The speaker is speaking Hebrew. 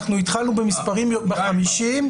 אנחנו התחלנו במספרים שהיו יותר ב-50,